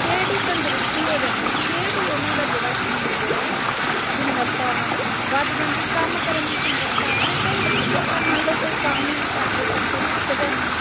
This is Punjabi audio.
ਖੇਡ ਤੰਦਰੁਸਤੀ ਹੋ ਜਾਂਦੀ ਖੇਡ ਹੀ ਉਹਨਾਂ ਦਾ ਜਿਹੜਾ ਸਰੀਰ ਜਿਹੜਾ ਉਹ ਗੁਣਵੱਤਾ ਉਹਨਾਂ ਦੀ ਵੱਧ ਜਾਂਦੀ ਕੰਮ ਕਰਨ ਦੀ ਸਮਰੱਥਾ ਫਿਰ ਕਈ ਵਾਰੀ ਅਸੀਂ ਆਪਣਾ ਮੰਨ ਲਉ ਕੋਈ ਕੰਮ ਆ ਕਰਦੇ ਕਰਦੇ ਥੱਕ ਜਾਂਦੇ ਹਾਂ